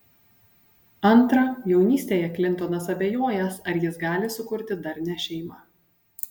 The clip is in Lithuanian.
antra jaunystėje klintonas abejojęs ar jis gali sukurti darnią šeimą